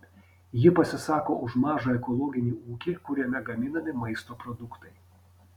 ji pasisako už mažą ekologinį ūkį kuriame gaminami maisto produktai